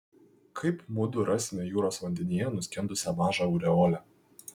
kaip mudu rasime jūros vandenyje nuskendusią mažą aureolę